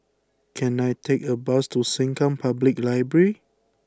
can I take a bus to Sengkang Public Library